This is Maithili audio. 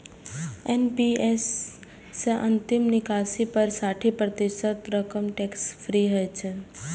एन.पी.एस सं अंतिम निकासी पर साठि प्रतिशत रकम टैक्स फ्री होइ छै